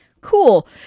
Cool